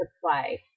supply